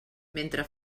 mentre